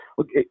Okay